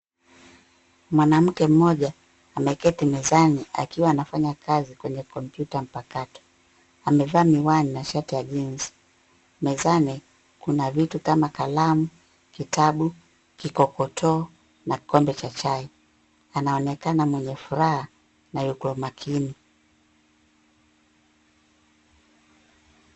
Mwanamke moja ameketi mezani akiwa anafanya kazi kwenye kompyuta mpakato. Amevaa miwani na shati ya jeans . Mezani kuna vitu kama kalamu kitabu kikokotoo na kikombe cha chai. Anaonekana mwenye furaha na yuko makini.